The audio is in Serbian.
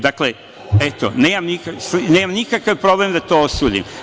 Dakle, nemam nikakav problem da to osudim.